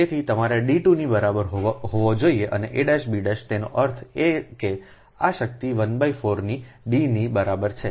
તેથી તમારા d2 ની બરાબર હોવી જોઈએ અને abતેનો અર્થ એ કે આ શક્તિ 14 ની d ની બરાબર છે